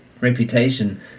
reputation